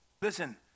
Listen